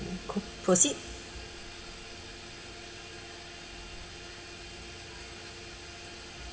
co~ proceed